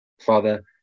Father